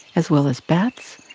as well as bats,